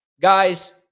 Guys